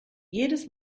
jedes